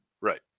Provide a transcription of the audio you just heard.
Right